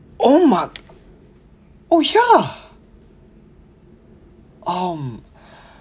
oh my oh ya um